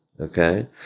okay